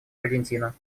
аргентина